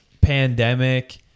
pandemic